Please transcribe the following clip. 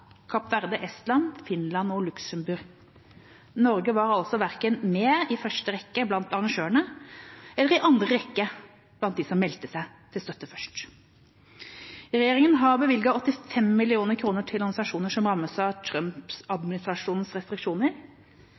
Estland, Finland og Luxembourg. Norge var altså ikke med verken i første rekke, blant arrangørene, eller i andre rekke, blant dem som meldte seg til støtte først. Regjeringa har bevilget 85 mill. kr til organisasjoner som rammes av Trump-administrasjonens restriksjoner,